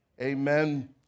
amen